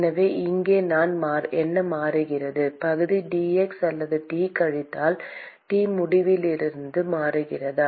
எனவே இங்கே என்ன மாறுகிறது பகுதி dx அல்லது T கழித்தல் T முடிவிலியுடன் மாறுகிறதா